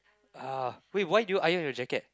ah wait why do you iron your jacket